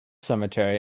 cemetery